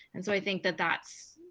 and so i think that that's,